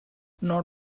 not